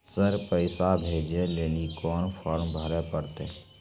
Sir पैसा भेजै लेली कोन फॉर्म भरे परतै?